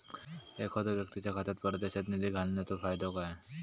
एखादो व्यक्तीच्या खात्यात परदेशात निधी घालन्याचो फायदो काय?